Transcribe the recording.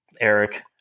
Eric